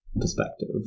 perspective